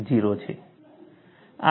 આમ બીજી ટર્મ 0 છે